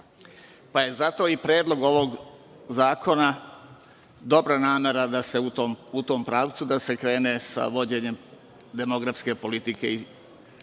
pa je zato i predlog ovog zakona dobra namera da se u tom pravcu krene sa vođenjem demografske politike i